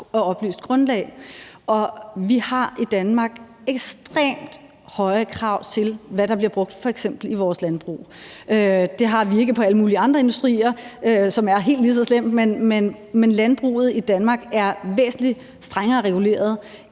og oplyst grundlag. Vi har i Danmark ekstremt høje krav til, hvad der bliver brugt, f.eks. i vores landbrug. Det har vi ikke i alle mulige andre industrier, som er helt lige så slemme. Men landbruget i Danmark er væsentlig strengere reguleret